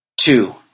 Two